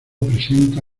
presenta